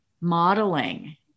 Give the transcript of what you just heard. modeling